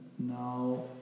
Now